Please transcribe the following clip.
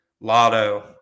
Lotto